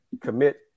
commit